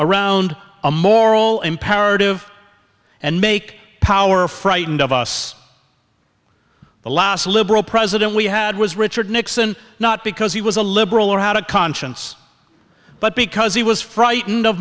around a moral imperative and make power frightened of us the last liberal president we had was richard nixon not because he was a liberal or had a conscience but because he was frightened of